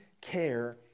care